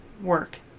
work